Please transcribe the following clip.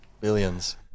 billions